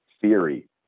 theory